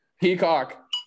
Peacock